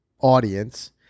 audience